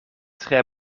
tre